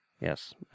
yes